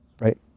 Right